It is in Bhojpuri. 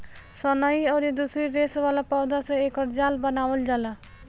सनई अउरी दूसरी रेसा वाला पौधा से एकर जाल बनावल जाला